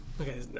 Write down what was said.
okay